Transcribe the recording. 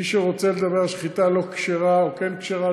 מי שרוצה לדבר על שחיטה לא כשרה או כן כשרה,